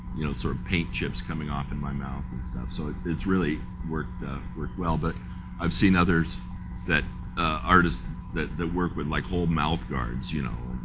you know, sort of paint chips coming off in my mouth and stuff so it's really worked worked well. but i've seen others that artist that that work with like whole mouth guards, you know,